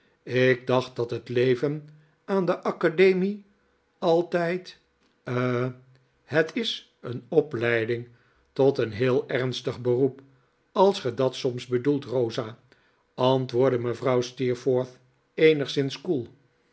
ik dacht dat het leven aan de academie altijd he het is een opleiding tot een heel ernstig beroep als ge dat soms bedoelt rosa antwoordde mevrouw steerforth eenigszins koel